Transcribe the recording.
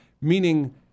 meaning